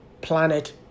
planet